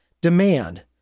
Demand